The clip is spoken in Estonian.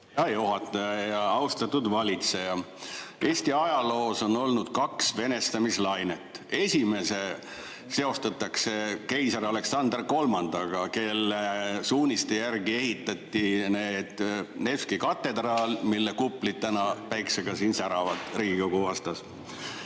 Hea juhataja! Austatud valitseja! Eesti ajaloos on olnud kaks venestamislainet. Esimest seostatakse keiser Aleksander III‑ga, kelle suuniste järgi ehitati Nevski katedraal, mille kuplid täna päikse käes säravad siin Riigikogu vastas.